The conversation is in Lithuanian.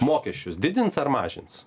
mokesčius didins ar mažins